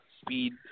speed